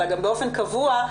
אלא גם באופן קבוע,